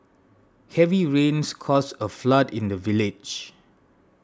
heavy rains caused a flood in the village